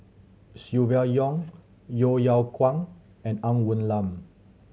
Silvia Yong Yeo Yeow Kwang and Ng Woon Lam